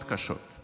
קשות מאוד,